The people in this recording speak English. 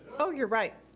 oh you're right,